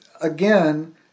again